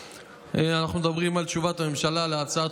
אנחנו מדברים על תשובת הממשלה על הצעת